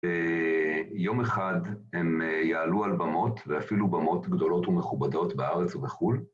יום אחד הם יעלו על במות, ואפילו במות גדולות ומכובדות בארץ ובחו"ל